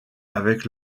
avec